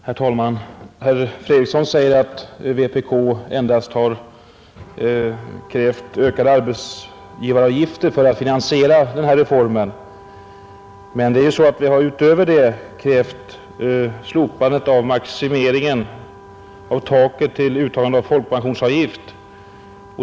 Herr talman! Herr Fredriksson säger att vpk endast krävt ökade arbetsgivaravgifter för att finansiera denna reform Men det är ju så att vi därutöver krävt slopandet av taket vid uttagandet av folkpensionsavgift.